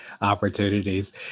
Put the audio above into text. opportunities